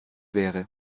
wäre